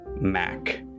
Mac